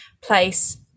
place